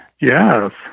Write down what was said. Yes